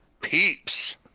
peeps